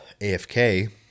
AFK